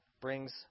brings